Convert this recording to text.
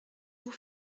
vous